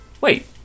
Wait